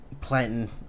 planting